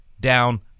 down